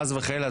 חס וחלילה,